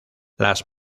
las